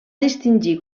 distingir